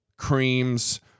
creams